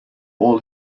all